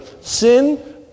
Sin